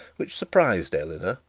which surprised eleanor.